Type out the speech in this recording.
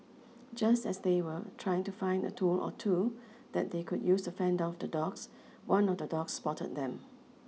just as they were trying to find a tool or two that they could use to fend off the dogs one of the dogs spotted them